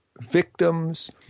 victims